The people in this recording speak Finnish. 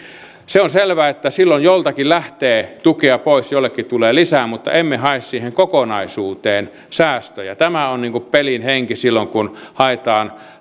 se on selvää että silloin joltakin lähtee tukea pois jollekin tulee lisää mutta emme hae siihen kokonaisuuteen säästöjä tämä on niin kuin pelin henki silloin kun haetaan